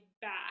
back